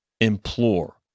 implore